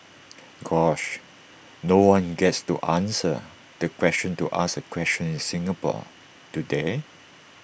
gosh no one gets to answer the question to ask A question in Singapore do they